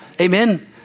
Amen